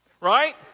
right